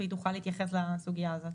היא תוכל להתייחס לסוגיה הזאת.